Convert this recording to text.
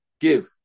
give